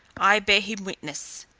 i bear him witness.